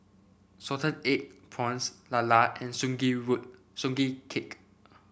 Salted Egg Prawns Lala and Sugee wood Sugee Cake